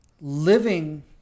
living